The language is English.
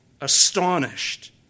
astonished